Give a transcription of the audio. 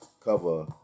cover